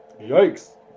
Yikes